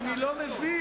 אני לא מבין.